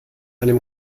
einem